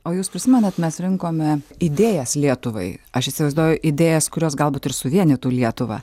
o jūs prisimenat mes rinkome idėjas lietuvai aš įsivaizduoju idėjas kurios galbūt ir suvienytų lietuvą